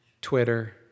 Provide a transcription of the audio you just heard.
Twitter